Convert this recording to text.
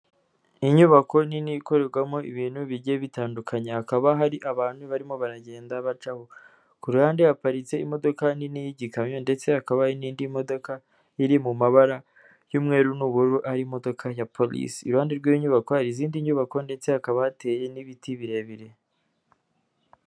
Inyubako nini ikorerwamo ibintu bigiye bitandukanye hakaba hari abantu barimo baragenda bacaho ku ruhande haparitse imodoka nini y'igikamyo ndetse hakaba hari n'indi modoka iri mu mabara y'umweru n'ubururu ari imodoka ya polisi iruhande rw'inyubako hari izindi nyubako ndetse hakaba hateye n'ibiti birebire.